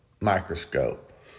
microscope